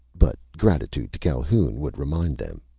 but gratitude to calhoun would remind them.